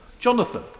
Jonathan